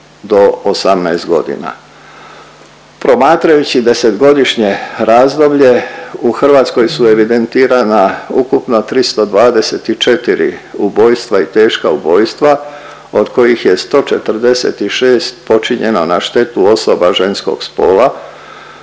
do 18.g.. Promatrajući 10-godišnje razdoblje u Hrvatskoj su evidentirana ukupno 324 ubojstva i teška ubojstva od kojih je 146 počinjeno na štetu osoba ženskog spola,